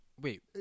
Wait